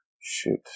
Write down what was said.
shoot